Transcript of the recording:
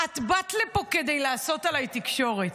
את באת לפה כדי לעשות עליי תקשורת.